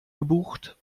gebucht